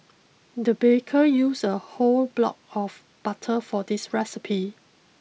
the baker used a whole block of butter for this recipe